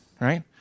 right